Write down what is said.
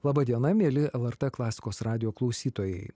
laba diena mieli lrt klasikos radijo klausytojai